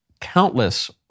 countless